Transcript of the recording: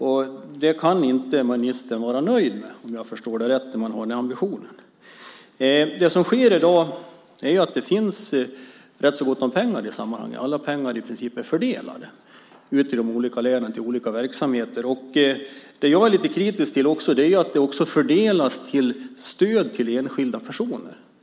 Det kan ministern inte vara nöjd med om jag förstår hennes ambitioner rätt. Det som i dag sker är att det finns ganska gott om pengar i sammanhanget. Alla pengar är i princip fördelade till olika verksamheter i de olika länen. Jag är lite kritisk mot att man också fördelar stöd till enskilda personer.